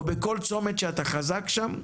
או בכל צומת שאתה חזק שם,